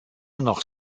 noch